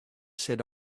said